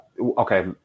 okay